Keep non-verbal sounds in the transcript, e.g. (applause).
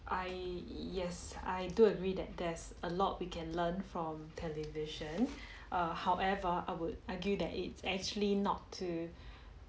I yes I do agree that there's a lot we can learn from televisions (breath) err however I would argue that it's actually not to